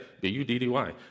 B-U-D-D-Y